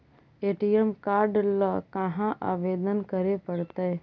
ATM card ल कहा आवेदन करे पड़तै?